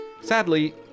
Sadly